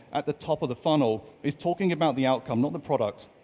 at the top of the funnel, is talking about the outcome not the product.